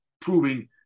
proving